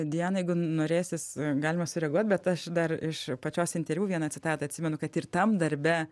diana jeigu norėsis galima sureaguot bet aš dar iš pačios interviu vieną citatą atsimenu kad ir tam darbe